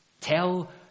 Tell